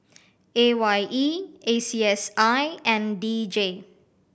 A Y E A C S I and D J